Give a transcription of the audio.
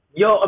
yo